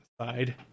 side